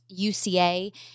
uca